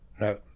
no